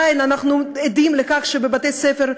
אנחנו עדיין עדים לכך שבבתי-הספר,